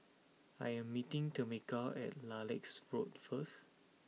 I am meeting Tameka at Lilacs Road first